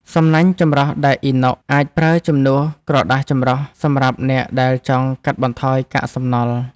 សំណាញ់ចម្រោះដែកអ៊ីណុក អាចប្រើជំនួសក្រដាសចម្រោះសម្រាប់អ្នកដែលចង់កាត់បន្ថយកាកសំណល់។